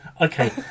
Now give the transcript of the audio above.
okay